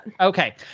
Okay